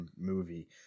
movie